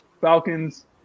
Falcons